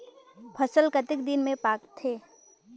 फसल कतेक दिन मे पाकथे?